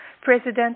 President